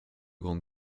grande